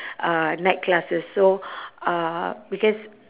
uh night classes so uh because